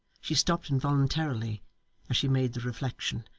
she stopped involuntarily as she made the reflection,